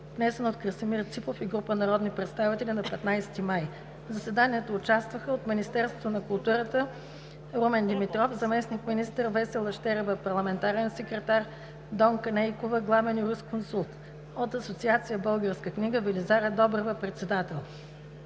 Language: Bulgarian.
внесен от Красимир Ципов и група народни представители на 15 май 2020 г. В заседанието участваха: от Министерството на културата – Румен Димитров – заместник-министър, Весела Щерева – парламентарен секретар, Донка Нейкова – главен юрисконсулт; от Асоциация „Българска книга“ – Велизара Добрева – председател.